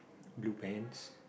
blue pants